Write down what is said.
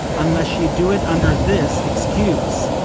unless she do it under this excuse,